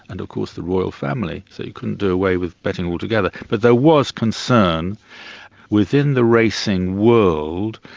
and of course, the royal family. so you couldn't do away with betting altogether. but there was concern within the racing world,